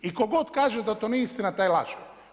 I ko god kaže da to nije istina, taj laže.